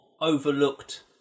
overlooked